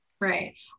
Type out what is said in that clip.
Right